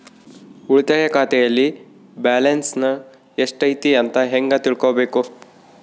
ಉಳಿತಾಯ ಖಾತೆಯಲ್ಲಿ ಬ್ಯಾಲೆನ್ಸ್ ಎಷ್ಟೈತಿ ಅಂತ ಹೆಂಗ ತಿಳ್ಕೊಬೇಕು?